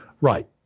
Right